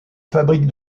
fabrique